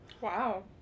Wow